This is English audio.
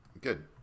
Good